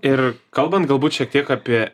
ir kalbant galbūt šiek tiek apie